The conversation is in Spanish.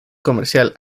comercial